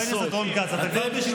חבר הכנסת רון כץ, גם אתה בשנייה.